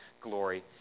glory